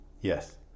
Yes